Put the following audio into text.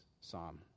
psalm